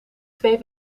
twee